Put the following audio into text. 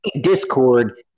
Discord